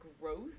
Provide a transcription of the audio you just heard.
growth